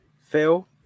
Phil